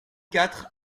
quatre